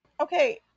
okay